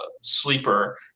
sleeper